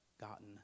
gotten